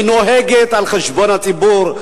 היא נוהגת על חשבון הציבור,